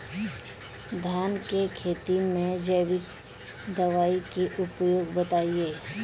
धान के खेती में जैविक दवाई के उपयोग बताइए?